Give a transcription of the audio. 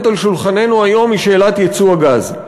על שולחננו היום היא שאלת ייצוא הגז.